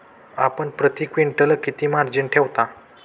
आपण प्रती क्विंटल किती मार्जिन ठेवता?